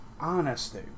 honesty